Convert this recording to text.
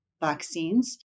vaccines